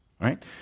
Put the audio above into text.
right